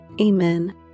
Amen